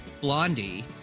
Blondie